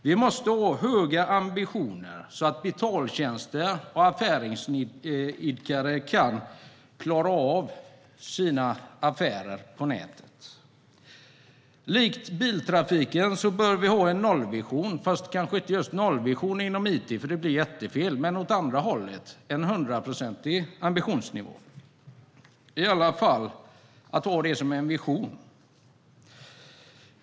Vi måste ha höga ambitioner för betaltjänster så att näringsidkare kan klara av sina affärer på nätet. Likt biltrafiken bör vi ha en nollvision. Det ska kanske inte vara just en nollvision inom it, för det blir jättefel. Det ska vara åt andra hållet, en ambitionsnivå på 100 procent. Vi kan i varje fall ha det som en vision.